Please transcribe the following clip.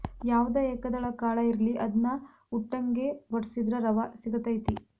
ಯಾವ್ದ ಏಕದಳ ಕಾಳ ಇರ್ಲಿ ಅದ್ನಾ ಉಟ್ಟಂಗೆ ವಡ್ಸಿದ್ರ ರವಾ ಸಿಗತೈತಿ